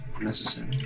necessary